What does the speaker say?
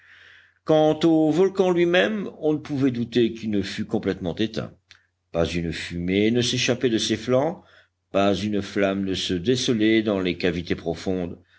au volcan lui-même on ne pouvait douter qu'il ne fût complètement éteint pas une fumée ne s'échappait de ses flancs pas une flamme ne se décelait dans les cavités profondes